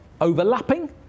overlapping